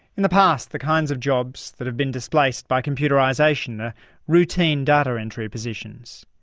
in the past the kinds of jobs that have been displaced by computerisation are routine data entry positions.